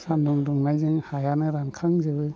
सान्दुं दुंनायजों हायानो रानखांजोबो